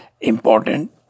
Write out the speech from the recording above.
important